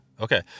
Okay